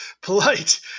Polite